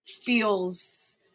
feels